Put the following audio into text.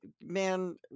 man